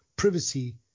privacy